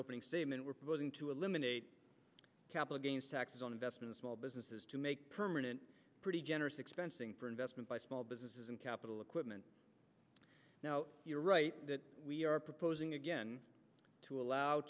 opening statement we're to eliminate capital gains taxes on investment small businesses to make permanent pretty generous expensing for investment by small businesses and capital equipment now you're right that we are proposing again to allow